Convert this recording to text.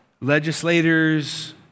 Legislators